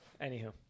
Anywho